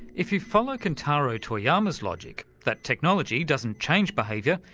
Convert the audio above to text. if you follow kentaro toyama's logic, that technology doesn't change behaviour,